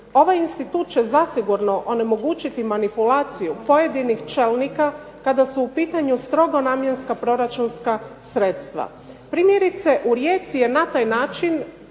Ovaj institut će zasigurno onemogućiti manipulaciju pojedinih čelnika kada su u pitanju strogo namjenska proračunska sredstva. Primjerice, u Rijeci je na taj način